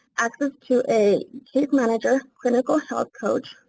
access to a case manager, clinical health coach,